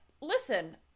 listen